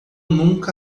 nunca